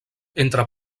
entre